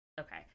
Okay